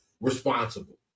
responsible